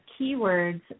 keywords